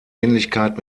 ähnlichkeit